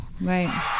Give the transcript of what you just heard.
Right